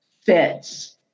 fits